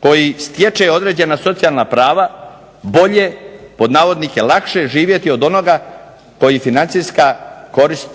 koji stječe određena socijalna prava bolje, pod navodnike, lakše živjeti od onoga koji